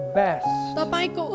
best